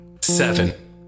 seven